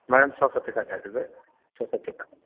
madam छओ सए टका दए देबै छओ सए टका